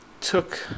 took